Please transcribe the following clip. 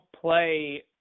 play